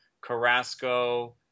Carrasco